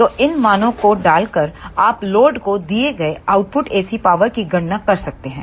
तो इन मानों को डालकर आप लोड को दिए गए आउटपुट AC पावर की गणना कर सकते हैं